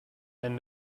and